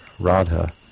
Radha